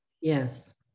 Yes